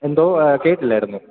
എന്തോ കേട്ടില്ലായിരുന്നു